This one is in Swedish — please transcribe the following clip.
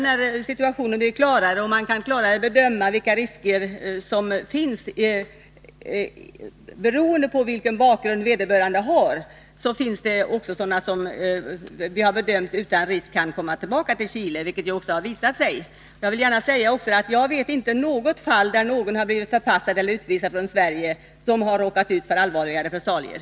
När situationen sedermera blev klarare och man kunde bedöma vilka risker som finns, beroende på vilken bakgrund vederbörande har, så finns det flyktingar som vi har bedömt utan risk kan komma tillbaka till Chile. Det har också visat sig vara riktigt. Jag vet inte något fall där någon som blivit förpassad eller utvisad från Sverige har råkat ut för allvarligare repressalier.